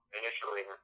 initially